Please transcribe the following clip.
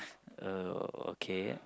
uh okay